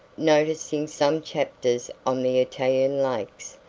noticing some chapters on the italian lakes,